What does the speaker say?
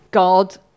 God